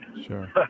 Sure